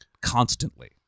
constantly